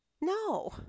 No